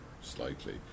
slightly